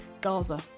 Gaza